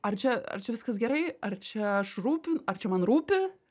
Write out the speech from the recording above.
ar čia ar čia viskas gerai ar čia aš rūpiu ar čia man rūpi